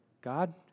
God